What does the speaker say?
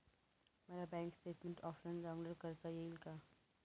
मला bank statement offline download करता येईल का?